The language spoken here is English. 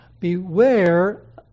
beware